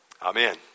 Amen